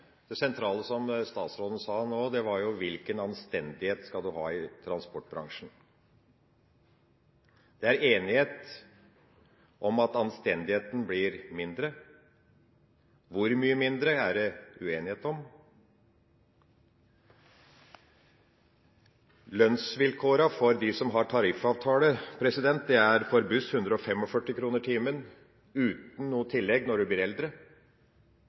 Det sentrale som statsråden nå sa, var hvilken anstendighet en skal ha i transportbransjen. Det er enighet om at anstendigheten blir mindre. Hvor mye mindre, er det uenighet om. Lønnsvilkårene for de som har tariffavtale, er for buss 145 kr per time, uten noe tillegg når en blir eldre.